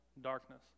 darkness